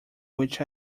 which